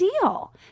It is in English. deal